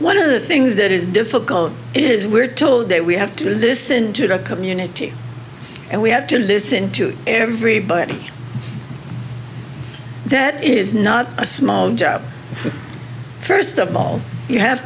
one of the things that is difficult is we're told that we have to do this into the community and we have to listen to everybody that is not a small first of all you have